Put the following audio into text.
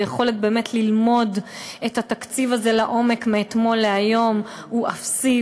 היכולת באמת ללמוד את התקציב הזה לעומק מאתמול להיום היא אפסית,